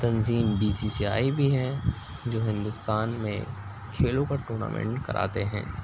تنظیم BCCI بھی ہے جو ہندوستان میں کھیلوں پر ٹورنامنٹ کراتے ہیں